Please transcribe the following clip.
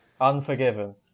Unforgiven